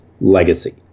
Legacy